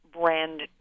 brand